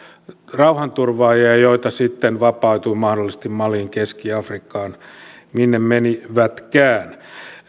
rauhanturvaajia joita sitten vapautui mahdollisesti maliin keski afrikkaan minne menivätkään